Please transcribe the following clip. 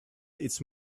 its